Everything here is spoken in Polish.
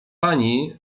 pani